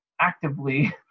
actively